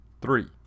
Three